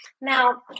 Now